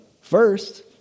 first